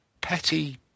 petty